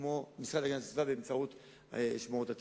כמו המשרד להגנת הסביבה באמצעות שמורות הטבע.